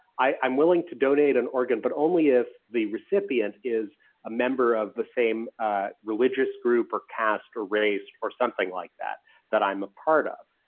i'm willing to donate an organ, but only if the recipient is a member of the same religious group or caste or race or something like that that i'm a part of.